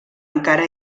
encara